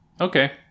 okay